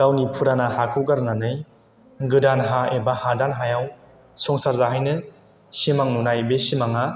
गावनि फुराना हाखौ गारनानै गोदान हा एबा हादान हायाव संसार जाहैनो सिमां नुनाय बे सिमांआ